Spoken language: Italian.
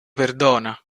perdona